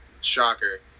shocker